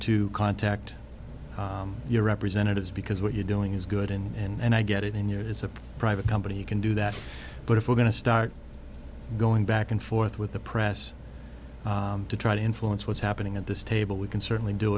to contact your representatives because what you're doing is good and i get it in your it's a private company you can do that but if we're going to start going back and forth with the press to try to influence what's happening at this table we can certainly do